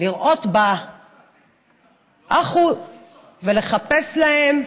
לרעות באחו ולחפש להם